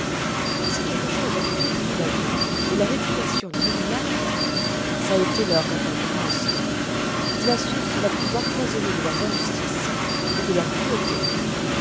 si quelque chose a flétri la vie et la réputation de nos monarques ç'a été leur intempérance c'est la source la plus empoisonnée de leurs injustices et de leurs cruautés